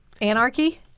Anarchy